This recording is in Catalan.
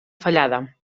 fallada